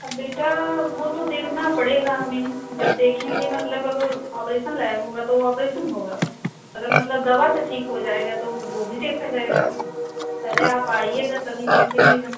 अब बेटा वो तो देखना पड़ेगा हमें जब देखेंगे मतलब अगर ऑपरेसन लायक हुआ तो ऑपरेसन होगा अगर मतलब दवा से ठीक हो जाएगा तो वो भी देखा जाएगा पहले आप आइएगा तभी देखेंगे हम